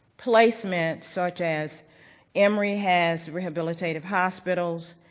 placement, such as emory has rehabilitative hospitals,